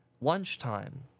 lunchtime